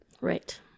Right